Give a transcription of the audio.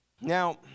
Now